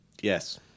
Yes